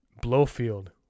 Blowfield